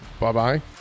bye-bye